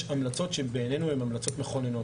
יש המלצות שהן מכוננות.